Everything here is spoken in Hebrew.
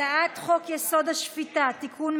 הצעת חוק-יסוד: השפיטה (תיקון,